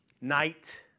Night